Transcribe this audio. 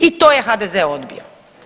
I to je HDZ odbio.